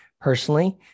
personally